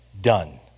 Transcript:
done